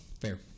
Fair